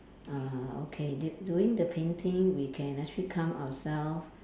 uh okay d~ doing the painting we can actually calm ourself